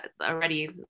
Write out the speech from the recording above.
already